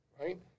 Right